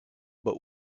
but